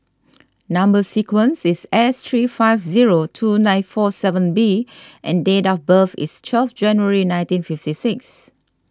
Number Sequence is S three five zero two nine four seven B and date of birth is twelve January nineteen fifty six